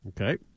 Okay